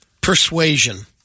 Persuasion